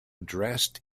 dressed